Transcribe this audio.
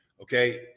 Okay